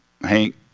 Hank